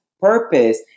purpose